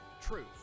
Truth